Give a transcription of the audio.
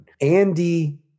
andy